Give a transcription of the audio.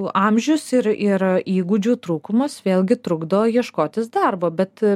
amžius ir ir įgūdžių trūkumas vėlgi trukdo ieškotis darbo bet